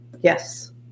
Yes